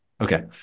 Okay